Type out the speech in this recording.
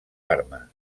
armes